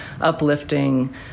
uplifting